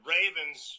Ravens